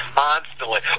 constantly